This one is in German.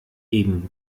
eben